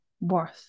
worth